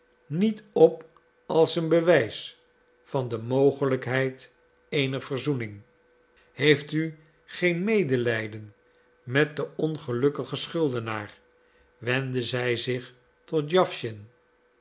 niet op als een bewijs van de mogelijkheid eener verzoening heeft u geen medelijden met den ongelukkigen schuldenaar wendde zij zich tot